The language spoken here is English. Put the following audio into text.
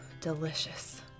delicious